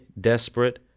desperate